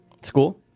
school